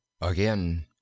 Again